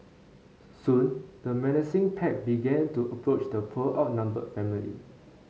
soon the menacing pack began to approach the poor outnumbered family